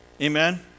Amen